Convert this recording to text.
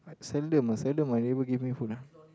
seldom ah seldom my neighbour give me food ah